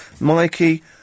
Mikey